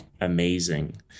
amazing